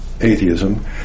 atheism